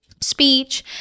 speech